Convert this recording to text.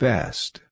Best